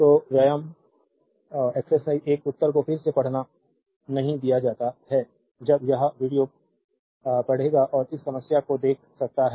तो व्यायाम 1 उत्तर को फिर से पढ़ना नहीं दिया जाता है जब यह वीडियो पढ़ेगा और इस समस्या को देख सकता है